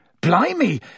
Blimey